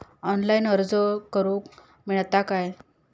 Online अर्ज करूक मेलता काय?